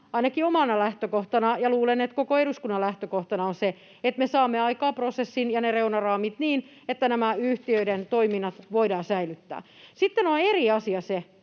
ainakin omana lähtökohtanani ja luulen, että koko eduskunnan lähtökohtana — on se, että me saamme aikaan prosessin ja ne reunaraamit niin, että nämä yhtiöiden toiminnat voidaan säilyttää. Sitten on eri asia se,